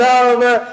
over